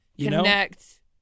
connect